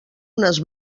unes